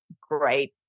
great